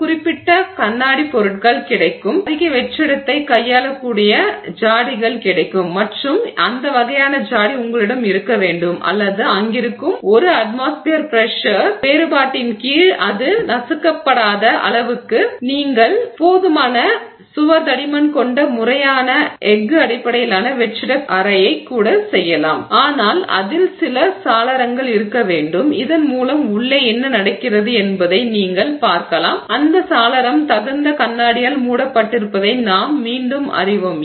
குறிப்பிட்ட கண்ணாடி பொருட்கள் கிடைக்கும் அதிக வெற்றிடத்தை கையாளக்கூடிய குடுவைகள் ஜாடிகள் கிடைக்கும் மற்றும் அந்த வகையான ஜாடி உங்களிடம் இருக்க வேண்டும் அல்லது அங்கிருக்கும் 1 அட்மாஸ்பியர் பிரஷர் வேறுபாட்டின் கீழ் அது நசுக்கப்படாத அளவுக்கு நீங்கள் போதுமான சுவர் தடிமன் கொண்ட முறையான பொருத்தமான எஃகு அடிப்படையிலான வெற்றிடக் கலனைக் கூட செய்யலாம் ஆனால் அதில் சில சாளரங்கள் இருக்க வேண்டும் இதன் மூலம் உள்ளே என்ன நடக்கிறது என்பதை நீங்கள் பார்க்கலாம் அந்த சாளரம் தகுந்த கண்ணாடியால் மூடப்பட்டிருப்பதை நாம் மீண்டும் அறிவோம்